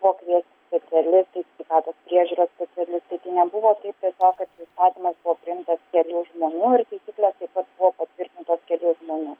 buvo kviesti specialistai sveikatos priežiūros specialistai nebuvo taip tiesiog kad įstatymas buvo priimtas kelių žmonių ir taisyklės taip pat buvo patvirtintos kelių žmonių